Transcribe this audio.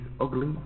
ugly